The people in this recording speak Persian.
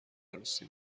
عروسی